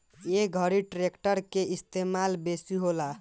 ए घरी ट्रेक्टर के इस्तेमाल बेसी होला